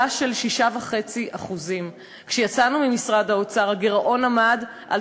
של 6.5%. כשיצאנו ממשרד האוצר הגירעון עמד על